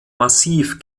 massiv